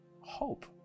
hope